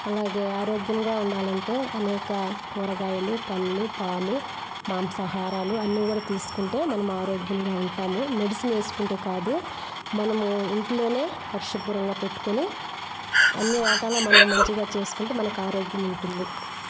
అలాగే ఆరోగ్యంగా ఉండాలంటే అనేక కూరగాయలు పండ్లు పాలు మాంసాహారాలు అన్నీ కూడా తీసుకుంటే మనము ఆరోగ్యంగా ఉంటాము మెడిసిన్ వేసుకుంటే కాదు మనము ఇంట్లోనే పరిశుభ్రంగా పెట్టుకొని అన్నీ వాటలా మనం మంచిగా చేసుకుంటే మనకు ఆరోగ్యం ఉంటుంది